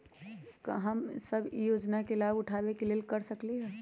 हम सब ई योजना के लाभ उठावे के लेल की कर सकलि ह?